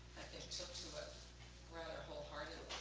took to it rather wholeheartedly,